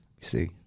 see